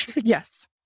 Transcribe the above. Yes